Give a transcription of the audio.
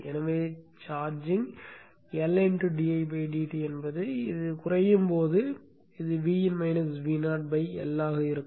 எனவே சார்ஜிங் என்பது இது குறையும் போது இது Vin - Vo L ஆக இருக்கும்